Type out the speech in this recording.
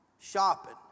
shopping